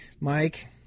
Mike